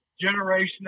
generation